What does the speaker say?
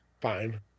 fine